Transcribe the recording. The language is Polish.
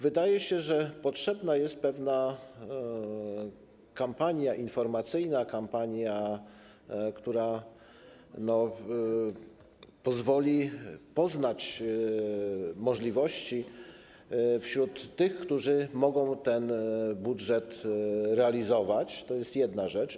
Wydaje się, że potrzebna jest pewna kampania informacyjna, kampania, która pozwoli poznać możliwości, adresowana do tych, którzy mogą ten budżet realizować - to jest jedna rzecz.